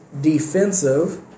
defensive